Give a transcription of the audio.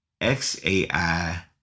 XAI